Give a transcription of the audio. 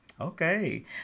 Okay